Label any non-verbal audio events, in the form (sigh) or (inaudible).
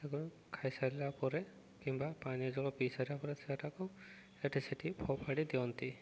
(unintelligible) ଖାଇସାରିଲା ପରେ କିମ୍ବା ପାନୀୟ ଜଳ ପିଇସାରିବା ପରେ ସେଟାକୁ ଏଠି ସେଠି ଫୋଫାଡ଼ି ଦିଅନ୍ତି